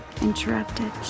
interrupted